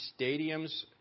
stadiums